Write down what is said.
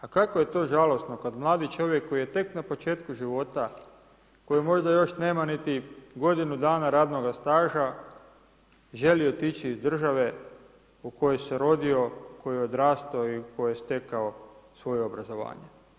A kako je to žalosno kad mladi čovjek koji je tek na početku života, koji možda još nema niti godinu dana radnoga staža, želi otići iz države u kojoj se rodio, u kojoj je odrastao i u kojoj je stekao svoje obrazovanje.